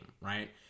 right